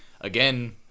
again